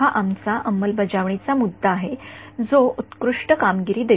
हा आमचा अंमलबजावणीचा मुद्दा आहे जो उत्कृष्ट कामगिरी देतो